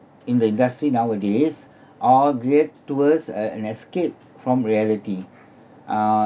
in the industry nowadays are great towards a an escape from reality uh